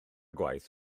gwaith